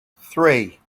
three